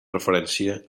referència